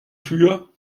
für